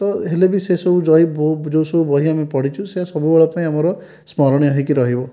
ତ ହେଲେ ବି ସେସବୁ ଯେଉଁସବୁ ବହି ଆମେ ପଢ଼ିଛୁ ସେ ସବୁବେଳ ପାଇଁ ଆମର ସ୍ମରଣୀୟ ହୋଇକି ରହିବ